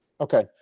Okay